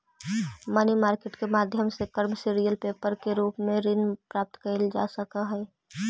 money market के माध्यम से कमर्शियल पेपर के रूप में ऋण प्राप्त कईल जा सकऽ हई